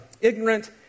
ignorant